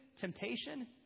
temptation